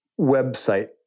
website